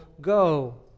go